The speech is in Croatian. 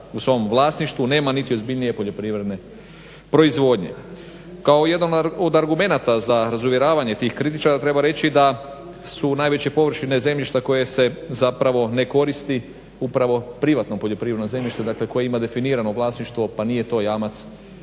u svom vlasništvu nema niti ozbiljnije poljoprivredne proizvodnje. Kao jedan od argumenata za razuvjeravanje tih kritičara treba reći da su najveće površine zemljišta koje se zapravo ne koristi upravo privatnom poljoprivrednom zemljištu, dakle koje ima definirano vlasništvo pa nije to jamac